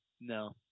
No